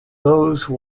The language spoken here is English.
those